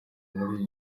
muri